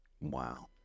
Wow